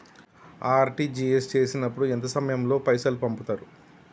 RTGS చేసినప్పుడు ఎంత సమయం లో పైసలు పంపుతరు?